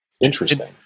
interesting